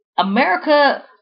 America